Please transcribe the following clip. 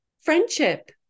friendship